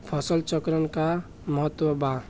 फसल चक्रण क का महत्त्व बा?